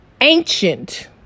ancient